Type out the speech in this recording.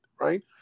right